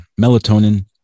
Melatonin